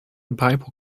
bible